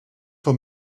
for